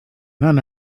none